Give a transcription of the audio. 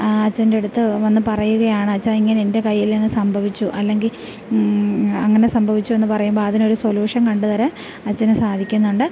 അച്ഛൻ്റെ അടുത്ത് വന്ന് പറയുകയാണ് അച്ഛാ ഇങ്ങനെ എൻ്റെ കയ്യിൽനിന്ന് സംഭവിച്ചു അല്ലെങ്കിൽ അങ്ങനെ സംഭവിച്ചു എന്നു പറയുമ്പോൾ അതിന് ഒരു സൊല്യൂഷൻ കണ്ടുതരാൻ അച്ഛന് സാധിക്കുന്നുണ്ട്